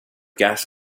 gas